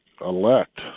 elect